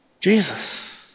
Jesus